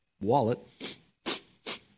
wallet